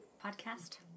podcast